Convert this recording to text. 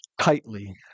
tightly